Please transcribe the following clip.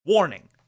Warning